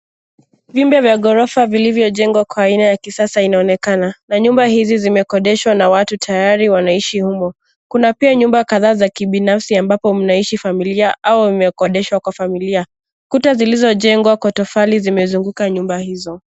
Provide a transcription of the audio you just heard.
Vyumba vya ghorofa vilivyojengwa kwa aina ya kisasa vinaonekana na nyumba hizi zimekodeshwa na watu tayari wanaishi humu. Kuna pia nyumba kadhaa za kibinafsi, ambapo mnaishi familia au zimekodeshwa kwa familia. Kuta zilizojengwa kwa matofali zimezunguka nyumba hizo.